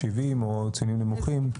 70 או ציונים נמוכים.